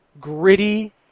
gritty